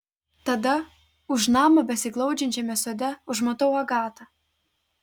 tada už namo besiglaudžiančiame sode užmatau agatą